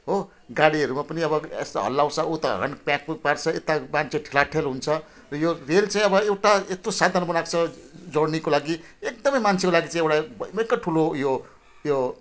हो गाडीहरूमा पनि अब यस्तो हल्लाउँछ उता हर्न प्याकपुक पार्छ यता मान्छे ठेलाठेल हुन्छ र यो रेल चाहिँ अब एउटा यत्रो साधन बनाएको छ जर्नीको लागि एकदमै मान्छेको लागि चाहिँ एउटा निकै ठुलो यो यो